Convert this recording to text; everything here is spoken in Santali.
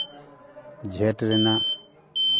ᱡᱷᱮᱸᱴ ᱨᱮᱱᱟᱜ